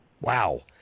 Wow